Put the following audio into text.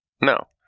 No